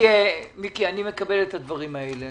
אני מקבל את הדברים האלה,